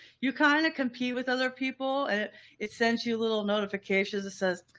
you kind of compete with other people and it it sends you a little notification that says,